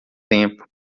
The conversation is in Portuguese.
tempo